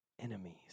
enemies